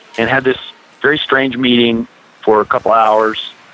and had this very strange meeting for a couple hours.